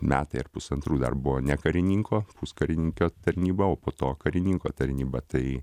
metai ar pusantrų dar buvo ne karininko puskarininkio tarnyba o po to karininko tarnyba tai